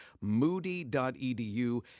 moody.edu